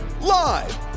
Live